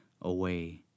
away